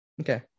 Okay